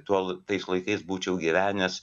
tuo tais laikais būčiau gyvenęs